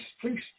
please